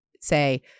say